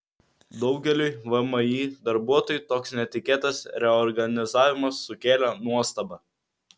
daugeliui vmi darbuotojų toks netikėtas reorganizavimas sukėlė nuostabą